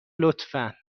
لطفا